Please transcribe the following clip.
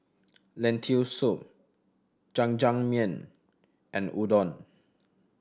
Lentil Soup Jajangmyeon and Udon